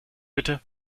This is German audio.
bitte